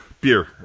Beer